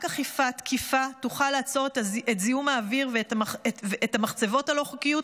רק אכיפה תקיפה תוכל לעצור את זיהום האוויר ואת המחצבות הלא חוקיות,